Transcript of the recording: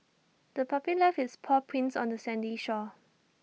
the puppy left its paw prints on the sandy shore